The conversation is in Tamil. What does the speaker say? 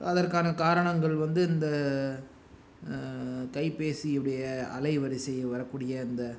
அதற்கான காரணங்கள் வந்து இந்த கைப்பேசியுடைய அலைவரிசை வரக்கூடிய அந்த